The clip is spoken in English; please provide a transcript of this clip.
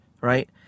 right